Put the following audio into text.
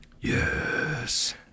Yes